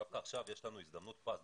דווקא עכשיו יש לנו הזדמנות פז,